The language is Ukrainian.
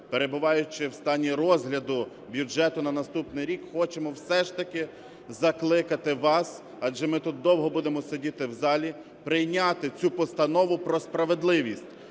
перебуваючи у стані розгляду бюджету на наступний рік, хочемо все ж таки закликати вас, адже ми тут довго будемо сидіти в залі, прийняти цю постанову про справедливість.